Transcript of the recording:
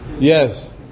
Yes